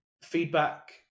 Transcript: feedback